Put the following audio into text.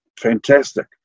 fantastic